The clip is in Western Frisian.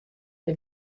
der